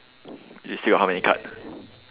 you see how many card